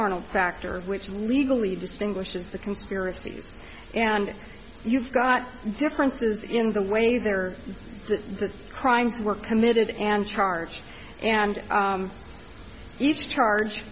arnold factor which legally distinguishes the conspiracies and you've got differences in the ways they're the crimes were committed and charged and each charge